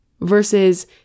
versus